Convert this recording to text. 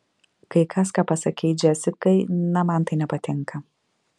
kai kas ką pasakei džesikai na man tai nepatinka